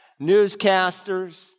newscasters